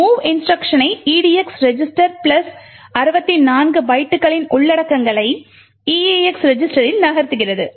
mov இன்ஸ்ட்ருக்ஷனை edx register 64 பைட்டுகளின் உள்ளடக்கங்களை eax ரெஜிஸ்டரில் நகர்த்துகிறது